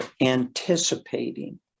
anticipating